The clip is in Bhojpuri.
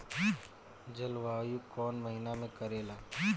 जलवायु कौन महीना में करेला?